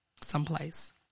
someplace